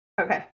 Okay